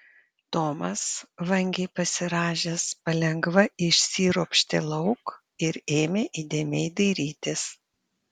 tomas vangiai pasirąžęs palengva išsiropštė lauk ir ėmė įdėmiai dairytis